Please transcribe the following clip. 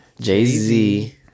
Jay-Z